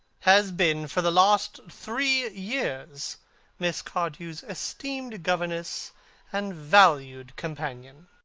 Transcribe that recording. has been for the last three years miss cardew's esteemed governess and valued companion.